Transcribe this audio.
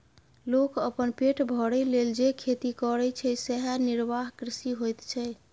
लोक अपन पेट भरय लेल जे खेती करय छै सेएह निर्वाह कृषि होइत छै